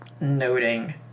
noting